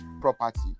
property